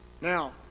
Now